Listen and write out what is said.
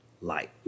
light